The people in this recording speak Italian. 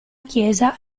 chiesa